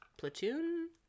platoon